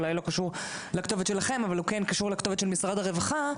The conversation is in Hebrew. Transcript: אולי הוא לא קשור לכתובת שלכם אבל הוא כן קשור לכתובת של משרד הרווחה.